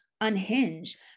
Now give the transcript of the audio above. unhinge